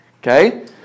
Okay